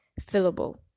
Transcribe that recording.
fillable